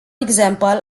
example